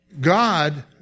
God